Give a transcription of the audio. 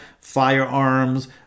firearms